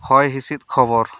ᱦᱚᱭ ᱦᱤᱥᱤᱫ ᱠᱷᱚᱵᱚᱨ